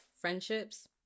friendships